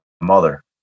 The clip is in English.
mother